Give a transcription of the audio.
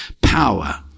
Power